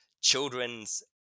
children's